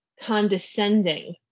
condescending